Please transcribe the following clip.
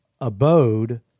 abode